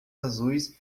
azuis